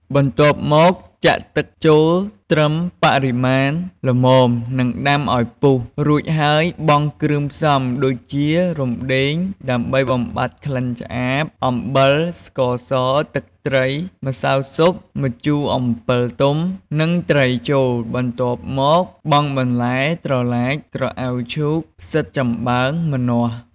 បន្ទាប់មក ចាក់ទឹកចូលត្រឹមបរិមាណល្មមនិងដាំឱ្យពុះ រួចហើយបង់គ្រឿងផ្សំ ដូចជា រំដេងដើម្បីបំបាត់ក្លិនឆ្អាប អំបិល ស្ករស ទឹកត្រី ម្សៅស៊ុប ម្ជូរអំពិលទុំ និងត្រីចូល បន្ទាប់មកបង់បន្លែ ត្រឡាច ក្រអៅឈូក ផ្សិតចំបើង ម្នាស់។